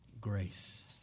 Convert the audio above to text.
Grace